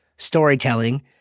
storytelling